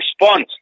response